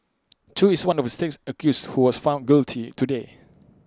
chew is one of the six accused who was found guilty today